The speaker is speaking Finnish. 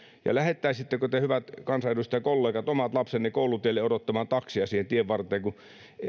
ja lähettäisittekö te hyvät kansanedustajakollegat omat lapsenne koulutielle odottamaan taksia siihen tienvarteen kun